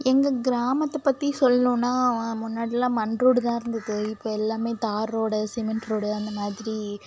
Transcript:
எங்கள் கிராமத்தை பற்றி சொல்லணுனா முன்னாடியெலாம் மண் ரோடு தான் இருந்தது இப்போ எல்லாமே தாரோடு சிமெண்ட் ரோடு அந்த மாதிரி